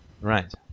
Right